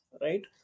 right